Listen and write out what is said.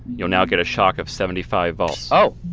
you'll now get a shock of seventy five volts oh